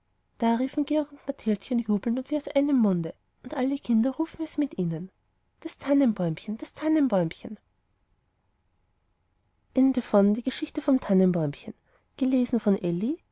georg und mathildchen jubelnd und wie aus einem munde und alle kinder rufen es mit ihnen das tannenbäumchen das tannenbäumchen